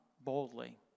boldly